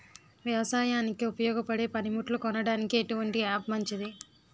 వ్యవసాయానికి ఉపయోగపడే పనిముట్లు కొనడానికి ఎటువంటి యాప్ మంచిది?